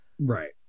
right